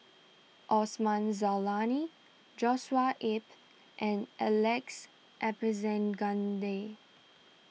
Osman Zailani Joshua Ip and Alex